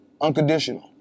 unconditional